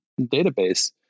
database